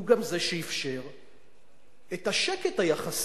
הוא גם זה שאפשר את השקט היחסי,